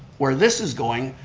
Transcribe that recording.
where this is going,